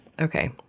Okay